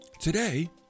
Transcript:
Today